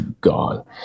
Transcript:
gone